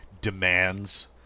demands